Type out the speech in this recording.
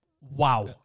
Wow